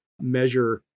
measure